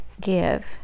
give